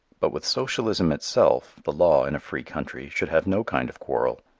but with socialism itself the law, in a free country, should have no kind of quarrel.